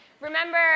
Remember